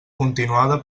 continuada